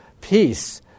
peace